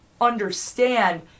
understand